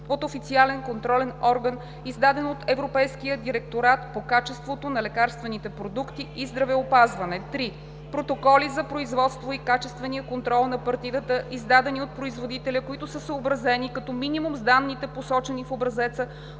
от официален контролен орган, издадено от Европейския директорат по качеството на лекарствените продукти и здравеопазване; 3. протоколи за производството и качествения контрол на партидата, издадени от производителя, които са съобразени като минимум с данните, посочени в образеца